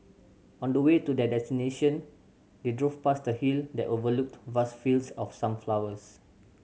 on the way to their destination they drove past a hill that overlooked vast fields of sunflowers